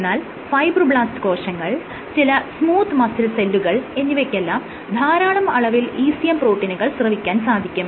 എന്നാൽ ഫൈബ്രോബ്ലാസ്റ് കോശങ്ങൾ ചില സ്മൂത്ത് മസിൽ സെല്ലുകൾ എന്നിവയ്ക്കെല്ലാം ധാരാളം അളവിൽ ECM പ്രോട്ടീനുകൾ സ്രവിക്കാൻ സാധിക്കും